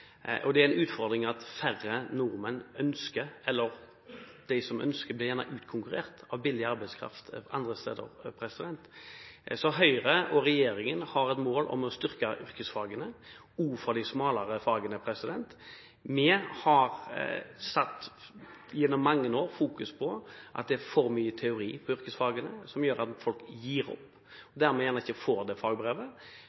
ønsker det, gjerne blir utkonkurrert av billig arbeidskraft andre steder fra. Høyre og regjeringen har et mål om å styrke yrkesfagene, også de smalere fagene. Vi har gjennom mange år fokusert på at det er for mye teori i yrkesfagene, noe som gjør at folk gir opp,